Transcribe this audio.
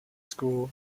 school